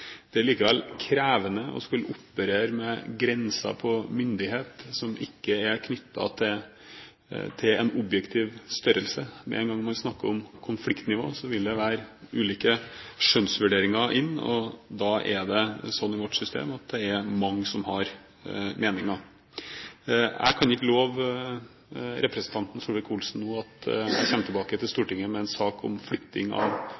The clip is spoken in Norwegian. skulle operere med grenser på myndighet som ikke er knyttet til en objektiv størrelse. Med en gang man snakker om konfliktnivå, vil det komme inn ulike skjønnsvurderinger, og da er det slik i vårt system at det er mange som har meninger. Jeg kan ikke love representanten Solvik-Olsen nå at jeg kommer tilbake til Stortinget med sak om flytting av